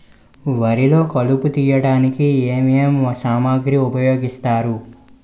వరిలో కలుపు తియ్యడానికి ఏ ఏ సామాగ్రి ఉపయోగిస్తారు?